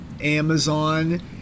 Amazon